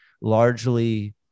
largely